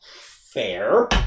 Fair